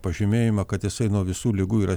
pažymėjimą kad jisai nuo visų ligų yra